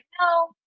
no